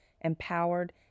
empowered